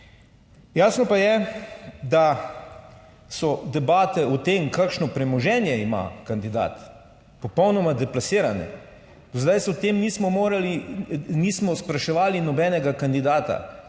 Jasno pa je, da so debate o tem, kakšno premoženje ima kandidat, popolnoma deplasirane. Do zdaj se o tem nismo morali, nismo spraševali nobenega kandidata,